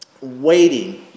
waiting